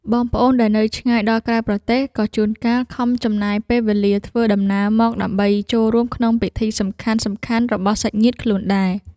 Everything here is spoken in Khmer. បងប្អូនដែលនៅឆ្ងាយដល់ក្រៅប្រទេសក៏ជួនកាលខំចំណាយពេលវេលាធ្វើដំណើរមកដើម្បីចូលរួមក្នុងពិធីសំខាន់ៗរបស់សាច់ញាតិខ្លួនដែរ។